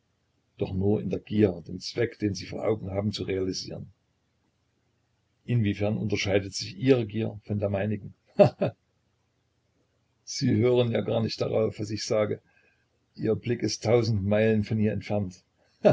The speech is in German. doch nur in der gier den zweck den sie vor augen haben zu realisieren inwiefern unterscheidet sich ihre gier von der meinigen ha ha sie hören ja gar nicht darauf was ich sage ihr blick ist tausend meilen von hier entfernt